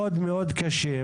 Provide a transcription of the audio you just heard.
מאוד מאוד קשים.